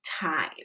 time